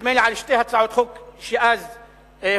נדמה לי על שתי הצעות חוק שאז הוגשו,